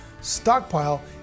stockpile